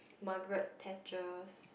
Margaret-Thatcher's